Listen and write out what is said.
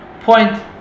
point